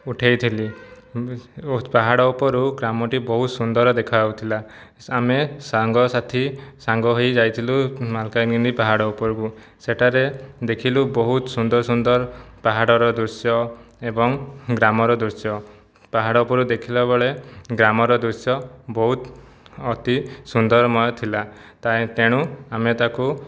ଉଠାଇଥିଲି ପାହାଡ଼ ଉପରୁ ଗ୍ରାମଟି ବହୁତ ସୁନ୍ଦର ଦେଖାଯାଉଥିଲା ଆମେ ସାଙ୍ଗସାଥି ସାଙ୍ଗ ହୋଇ ଯାଇଥିଲୁ ମାଲକାନଗିରି ପାହାଡ଼ ଉପରକୁ ସେଠାରେ ଦେଖିଲୁ ବହୁତ ସୁନ୍ଦର ସୁନ୍ଦର ପାହାଡ଼ର ଦୃଶ୍ୟ ଏବଂ ଗ୍ରାମର ଦୃଶ୍ୟ ପାହାଡ଼ ଉପରୁ ଦେଖିଲା ବେଳେ ଗ୍ରାମର ଦୃଶ୍ୟ ବହୁତ ଅତି ସୁନ୍ଦରମୟ ଥିଲା ତେଣୁ ଆମେ ତାକୁ